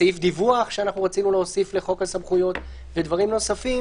סעיף דיווח שרצינו להוסיף לחוק הסמכויות ודברים נוספים